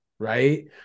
Right